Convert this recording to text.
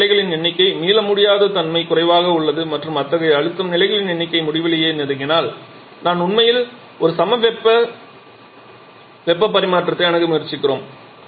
அழுத்தம் நிலைகளின் எண்ணிக்கை மீளமுடியாத தன்மை குறைவாக உள்ளது மற்றும் அத்தகைய அழுத்தம் நிலைகளின் எண்ணிக்கை முடிவிலியை நெருங்கினால் நாம் உண்மையில் ஒரு சமவெப்ப வெப்ப பரிமாற்றத்தை அணுக முயற்சிக்கிறோம்